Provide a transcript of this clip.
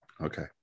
Okay